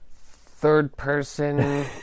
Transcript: Third-person